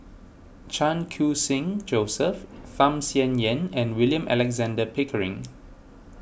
Chan Khun Sing Joseph Tham Sien Yen and William Alexander Pickering